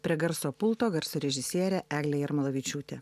prie garso pulto garso režisierė eglė jarmolavičiūtė